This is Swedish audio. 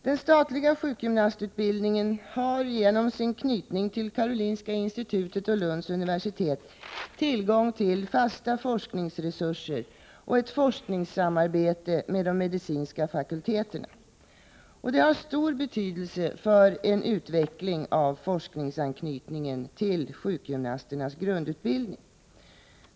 Den statliga sjukgymnastutbildningen har genom sin knytning till Karolinska institutet och Lunds universitet tillgång till fasta forskningsresurser och ett forskningssamarbete med de medicinska fakulteterna. Detta har stor betydelse för en utveckling av forskningsanknytningen till sjukgymnasternas grundutbildning.